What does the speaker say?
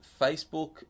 Facebook